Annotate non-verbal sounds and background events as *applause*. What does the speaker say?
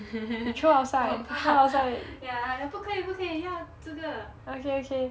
*laughs* 我很怕 ya 不可以不可以要这个